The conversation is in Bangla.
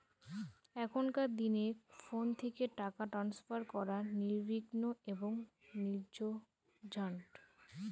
এখনকার দিনে ফোন থেকে টাকা ট্রান্সফার করা নির্বিঘ্ন এবং নির্ঝঞ্ঝাট